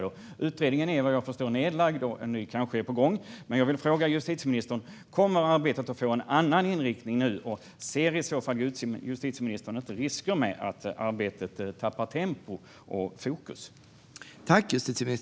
Denna utredning är vad jag förstår nedlagd och en ny kanske på gång. Men jag vill fråga justitieministern: Kommer arbetet att få en annan inriktning nu, och ser i så fall justitieministern inte risker med att arbetet tappar tempo och fokus?